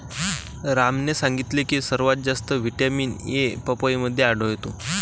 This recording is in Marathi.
रामने सांगितले की सर्वात जास्त व्हिटॅमिन ए पपईमध्ये आढळतो